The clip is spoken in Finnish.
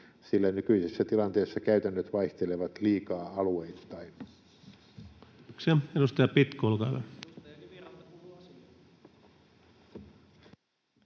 sillä nykyisessä tilanteessa käytännöt vaihtelevat liikaa alueittain.